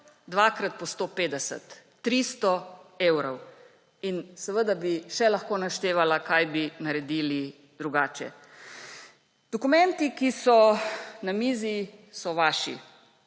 Dvakrat po 150, 300 evrov! In seveda bi še lahko naštevala, kaj bi naredili drugače. Dokumenti, ki so na mizi, so vaši.